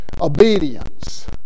obedience